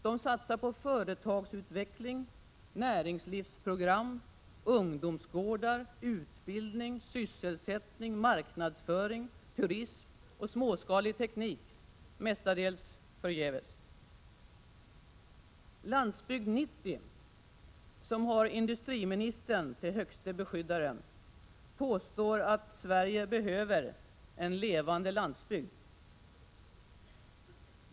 De satsar på företagsutveckling, näringslivsprogram, ung domsgårdar, utbildning, sysselsättning, marknadsföring, turism och småskalig teknik — mestadels förgäves. ”Landsbygd 90”, som har industriministern till högste beskyddare, påstår att ”Sverige behöver en levande landsbygd”.